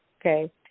Okay